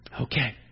Okay